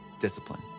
discipline